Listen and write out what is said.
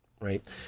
right